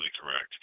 correct